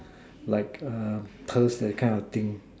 like err pearls that kind of thing